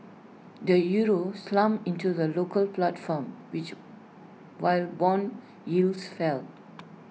the euro slumped in to the local platform which while Bond yields fell